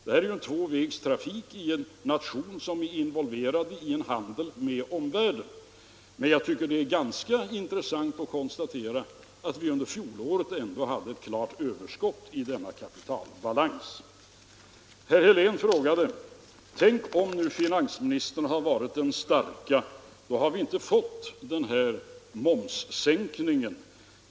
Det är ju en tvåvägstrafik i en nation som är involverad i en handel med omvärlden. Men jag tycker att det är ganska intressant att konstatera att vi under fjolåret ändå hade ett klart överskott i denna kapitalbalans. Herr Helén sade: Tänk om nu finansministern hade varit den starke; då hade vi inte fått den här momssänkningen.